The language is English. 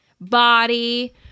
body